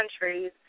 countries